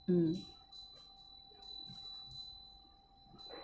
mm